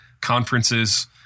conferences